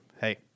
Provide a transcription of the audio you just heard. hey